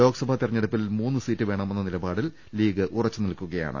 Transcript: ലോക്സഭാ തെരഞ്ഞെടുപ്പിൽ മൂന്ന് സീറ്റ് വേണമെന്ന നില പാടിൽ പാർട്ടി ഉറച്ചു നിൽക്കുകയാണ്